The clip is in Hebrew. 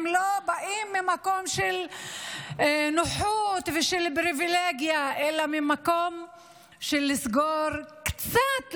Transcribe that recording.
הם לא באים ממקום של נוחות ושל פריבילגיה אלא ממקום של לסגור קצת,